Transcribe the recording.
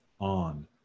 on